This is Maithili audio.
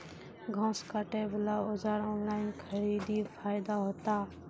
घास काटे बला औजार ऑनलाइन खरीदी फायदा होता?